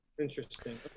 interesting